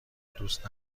دوست